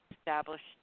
established